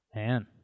Man